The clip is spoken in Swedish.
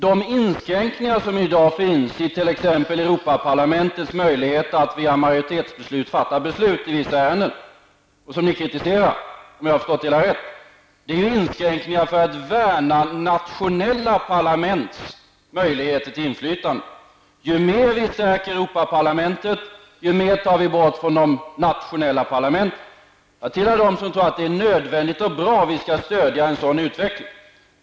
De inskränkningar som i dag finns i t.ex. Europaparlamentets möjlighet att fatta majoritetsbeslut i vissa ärenden och som ni kritiserar, om jag har förstått det hela rätt, är ju inskränkningar för att värna nationella parlaments möjligheter till inflytande. Ju mer vi stärker Europa-parlamentet, ju mer tar vi bort från de nationella parlamenten. Jag tillhör dem som tror att det är nödvändigt och bra och att vi skall stödja en sådan utveckling.